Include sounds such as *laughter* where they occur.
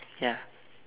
*noise* ya